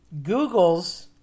Googles